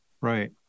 Right